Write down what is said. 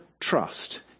trust